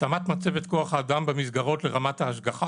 התאמת מצבת כוח האדם במסגרות לרמת ההשגחה